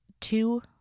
two